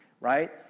right